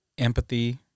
Empathy